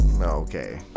Okay